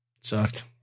sucked